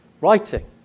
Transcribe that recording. writing